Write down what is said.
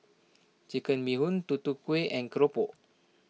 Chicken Bee Hoon Tutu Kueh and Keropok